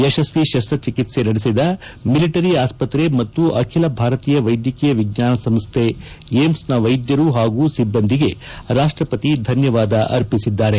ಯಶಸ್ವಿ ಶಸ್ತಚಿಕಿತ್ಸೆ ನಡೆಸಿದ ಮಿಲಿಟರಿ ಆಸ್ತತ್ರೆ ಮತ್ತು ಅಖಿಲ ಭಾರತೀಯ ವೈದ್ಯಕೀಯ ವಿಜ್ಞಾನ ಸಂಸ್ಥೆ ಏಮ್ಸ್ನ ವೈದ್ಯರು ಹಾಗೂ ಸಿಬ್ಬಂದಿಗೆ ರಾಷ್ಟಪತಿ ಧನ್ಯವಾದ ಅರ್ಪಿಸಿದ್ದಾರೆ